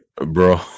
Bro